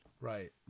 right